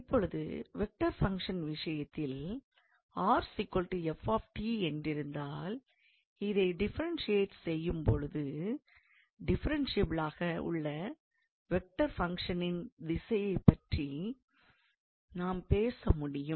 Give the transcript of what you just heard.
இப்பொழுது vector function விஷயத்தில் 𝑟 𝑓 𝑡 என்றிருந்தால் இதை டிஃப்ரென்ஷியெட் செய்யும்பொழுது டிஃப்ரென்ஷியபிள் ஆக உள்ள வெக்டர் பங்க்ஷனின் திசையைப் பற்றி நாம் பேச முடியும்